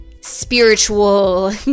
spiritual